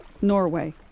Norway